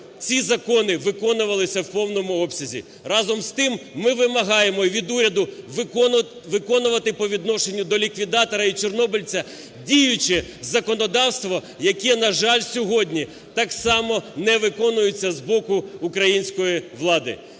ці закони виконувалися в повному обсязі. Разом з тим ми вимагаємо від уряду виконувати по відношенню до ліквідатора і чорнобильця діюче законодавство, яке, на жаль, сьогодні так само не виконується з боку української влади.